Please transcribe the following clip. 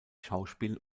schauspiel